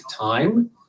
time